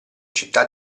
città